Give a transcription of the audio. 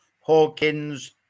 Hawkins